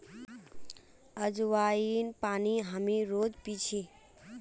अज्वाइन पानी हामी रोज़ पी छी